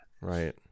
Right